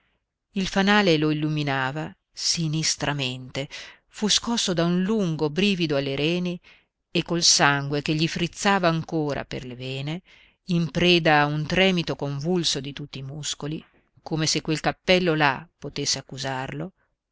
il fanale lo illuminava sinistramente fu scosso da un lungo brivido alle reni e col sangue che gli frizzava ancora per le vene in preda a un tremito convulso di tutti i muscoli come se quel cappello là potesse accusarlo